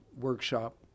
workshop